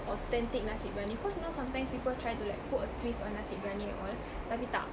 authentic nasi biryani cause you know sometimes people try to like put a twist on nasi briyani and all tapi tak